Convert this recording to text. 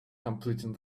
completing